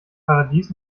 paradies